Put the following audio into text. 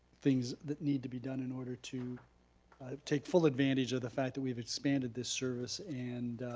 things that need to be done in order to take full advantage of the fact that we've expanded this service and